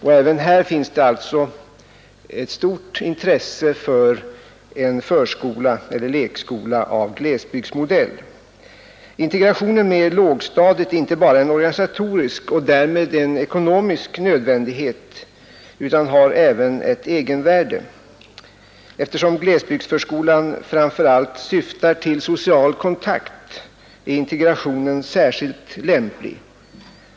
Därför finns det även där ett stort intresse för en förskola eller lekskola av glesbygdsmodell. Integrationen med lågstadiet är inte bara en organisatorisk och därmed en ekonomisk nödvändighet, utan den har också ett egenvärde. Eftersom glesbygdsförskolan framför allt syftar till social kontakt är denna integration särskilt lämplig.